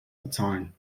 bezahlen